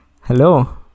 Hello